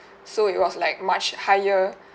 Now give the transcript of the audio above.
so it was like much higher